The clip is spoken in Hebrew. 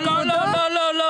לא, לא.